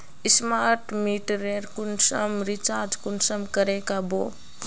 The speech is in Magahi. स्मार्ट मीटरेर कुंसम रिचार्ज कुंसम करे का बो?